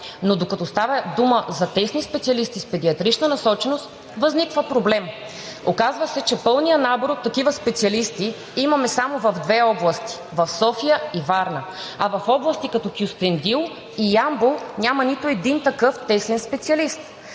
но докато става дума за тесни специалисти с педиатрична насоченост, възниква проблем. Оказва се, че пълния набор от такива специалисти имаме само в две области – в София и Варна, а в области като Кюстендил и Ямбол няма нито един такъв тесен специалист!